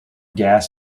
gas